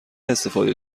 استفاده